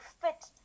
fit